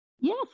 Yes